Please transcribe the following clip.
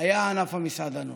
עבורו היה ענף המסעדנות,